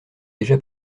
déjà